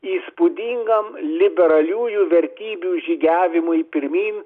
įspūdingam liberaliųjų vertybių žygiavimui pirmyn